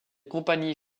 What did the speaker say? compagnies